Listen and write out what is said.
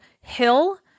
Hill